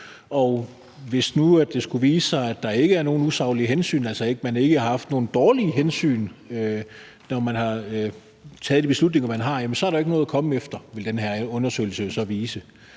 Hvis nu det skulle vise sig, at der ikke er nogen usaglige hensyn, altså at man ikke har haft nogen dårlige hensyn, når man har taget de beslutninger, man har, jamen så er der ikke noget at komme efter, vil den her undersøgelse jo så vise.